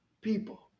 people